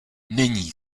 není